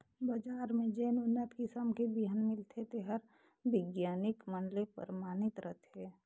बजार में जेन उन्नत किसम के बिहन मिलथे तेहर बिग्यानिक मन ले परमानित रथे